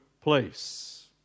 place